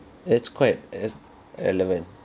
it's quite is relevant